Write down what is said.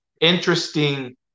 interesting